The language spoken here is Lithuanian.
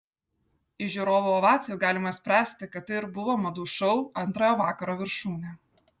iš žiūrovų ovacijų galima spręsti kad tai ir buvo madų šou antrojo vakaro viršūnė